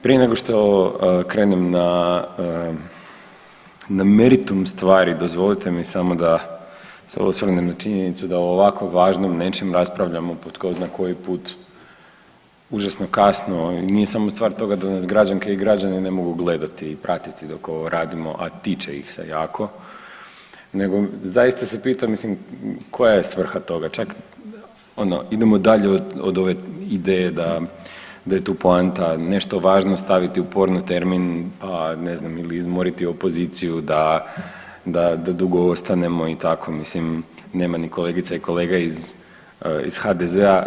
Prije nego što krenem na na meritum stvari, dozvolite mi samo da se osvrnem na činjenicu da o ovako važnom nečem raspravljamo po tko zna koji put užasno kasno i nije samo stvar toga da nas građanke i građani ne mogu gledati i pratiti dok ovo radimo, a tiče ih se jako, nego zaista se pitam mislim koja je svrha toga, čak ono idemo dalje od ove ideje da je tu poanta nešto važno staviti u porno termin, a ne znam ili izmoriti opoziciju da, da dugo ostanemo i tako, mislim nema ni kolegica i kolega iz HDZ-a.